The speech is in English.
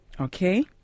Okay